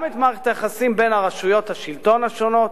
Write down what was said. גם את מערכת היחסים בין רשויות השלטון השונות,